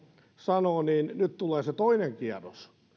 sanoo niin nyt tulee se toinen kierros